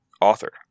author